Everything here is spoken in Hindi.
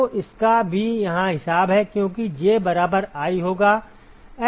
तो इसका भी यहाँ हिसाब है क्योंकि J बराबर i होगा Fii